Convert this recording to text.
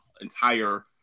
entire